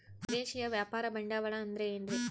ವಿದೇಶಿಯ ವ್ಯಾಪಾರ ಬಂಡವಾಳ ಅಂದರೆ ಏನ್ರಿ?